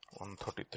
133